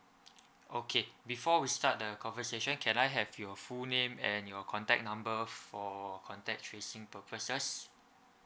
okay before we start the conversation can I have your full name and your contact number for contact tracing purposes